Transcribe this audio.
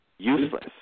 useless